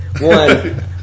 one